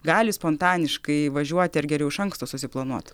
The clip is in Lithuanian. gali spontaniškai važiuoti ar geriau iš anksto susiplanuot